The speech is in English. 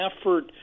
effort